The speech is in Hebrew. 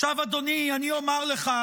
עכשיו אדוני, אני אומר לך,